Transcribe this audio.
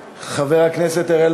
חבר הכנסת אלי כהן, אינו נוכח.